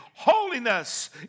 Holiness